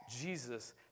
Jesus